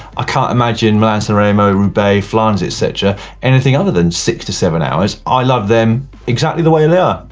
i can't imagine milan san remo, roubaix, flanders et cetera anything other than six to seven hours, i love them exactly the way they are.